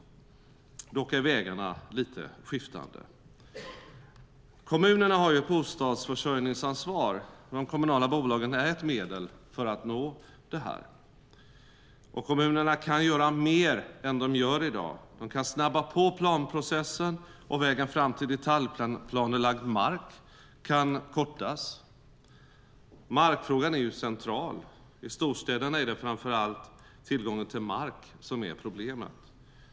Dock är vägarna dit lite skiftande. Kommunerna har ju ett bostadsförsörjningsansvar, och de kommunala bolagen är ett medel för att nå resultat. Kommunerna kan göra mer än de gör i dag. De kan snabba på planprocessen, och vägen fram till detaljplanelagd mark kan kortas. Markfrågan är ju central. I storstäderna är det framför allt tillgången till mark som är problemet.